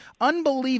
Unbelievable